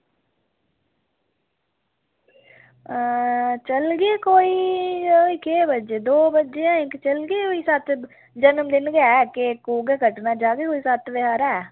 अ चलगे कोई ऐहीं केह् बजे दौ बजे चलगै कोई जन्मदिन गै केक गै कट्टना जाह्गे कोई सत्त बजे हारे